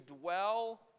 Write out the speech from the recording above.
dwell